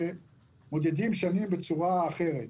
שמודדים שנים בצורה אחרת.